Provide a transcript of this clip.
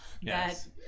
Yes